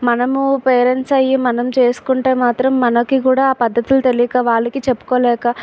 మనము పేరెంట్స్ అయి మనం చేసుకుంటే మాత్రం మనకి కూడా ఆ పద్ధతులు తేలియక వాళ్ళకి చెప్పుకోలేక